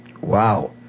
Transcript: Wow